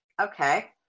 Okay